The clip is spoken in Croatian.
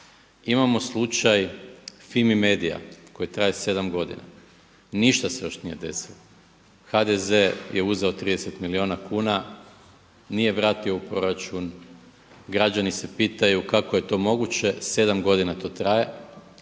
Imamo slučaj FIMI-MEDI-a koje traje sedam godina, ništa se još nije desilo, HDZ je uzeo 30 milijuna kuna, nije vratio u proračun. Građani se pitaju kako to je to moguće sedam godina to traje.